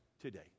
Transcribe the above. today